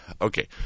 okay